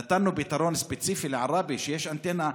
נתנו פתרון ספציפי לעראבה, שיש אנטנה.